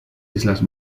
islas